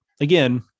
again